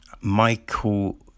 Michael